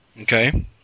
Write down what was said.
Okay